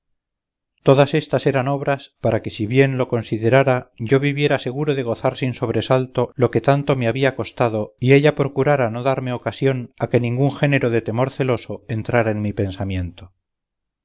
todas éstas eran obras para que si bien lo considerara yo viviera seguro de gozar sin sobresalto lo que tanto me había costado y ella procurara no darme ocasión a que ningún género de temor celoso entrara en mi pensamiento